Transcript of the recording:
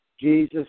Jesus